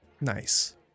Nice